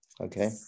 okay